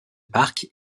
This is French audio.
parc